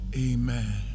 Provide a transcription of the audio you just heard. amen